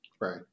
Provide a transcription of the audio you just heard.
Right